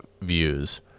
views